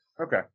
Okay